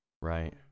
Right